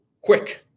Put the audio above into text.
quick